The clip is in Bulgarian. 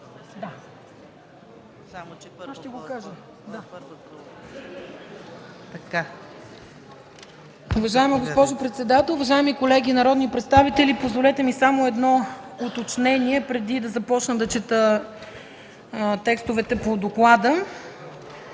ДОКЛАДЧИК ИСКРА ФИДОСОВА: Уважаема госпожо председател, уважаеми колеги народни представители, позволете ми едно уточнение преди да започна да чета текстовете по доклада.